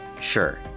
Sure